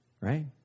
Right